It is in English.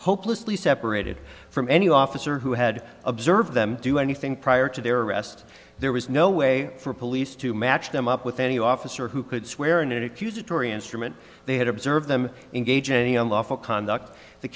hopelessly separated from any officer who had observed them do anything prior to their arrest there was no way for police to match them up with any officer who could swear in an accusatory instrument they had observed them engaging unlawful conduct the